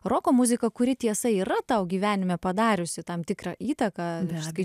roko muziką kuri tiesa yra tau gyvenime padariusi tam tikrą įtaką visgi